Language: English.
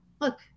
look